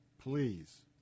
please